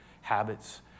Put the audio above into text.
habits